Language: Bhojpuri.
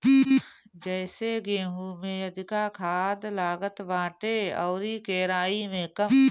जइसे गेंहू में अधिका खाद लागत बाटे अउरी केराई में कम